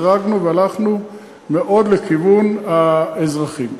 החרגנו והלכנו מאוד לכיוון האזרחים.